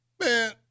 man